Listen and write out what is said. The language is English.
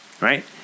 Right